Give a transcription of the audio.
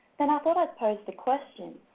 then i thought i'd pose the question,